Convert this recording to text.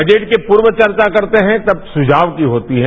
budget की पूर्व चर्चा करते हैं तब सुझाव की होती हैं